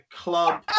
club